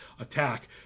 attack